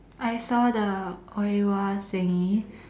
I saw the Oiwa thingy